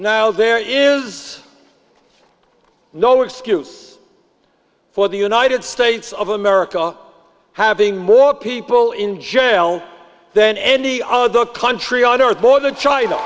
now there is no excuse for the united states of america having more people in jail than any other country on earth more than china